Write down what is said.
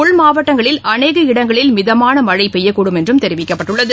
உள்மாவட்டங்களில் அனேக இடங்களில் மிதமானமழைபெய்யக்கூடும் என்றுதெரிவிக்கப்பட்டுள்ளது